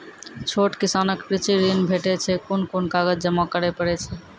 छोट किसानक कृषि ॠण भेटै छै? कून कून कागज जमा करे पड़े छै?